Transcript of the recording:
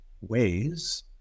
ways